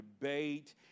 debate